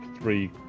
three